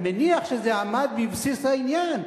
אני מניח שזה עמד בבסיס העניין,